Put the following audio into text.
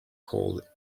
called